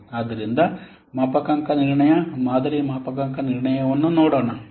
ಆದ್ದರಿಂದ ಮಾಪನಾಂಕ ನಿರ್ಣಯ ಮಾದರಿ ಮಾಪನಾಂಕ ನಿರ್ಣಯವನ್ನು ನೋಡೋಣ